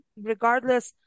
regardless